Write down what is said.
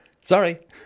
Sorry